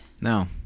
no